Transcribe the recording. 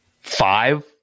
Five